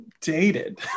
dated